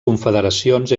confederacions